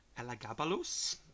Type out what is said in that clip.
Elagabalus